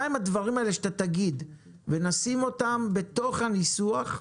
מה הם הדברים האלה שאתה תגיד ונשים אותם בתוך הניסוח,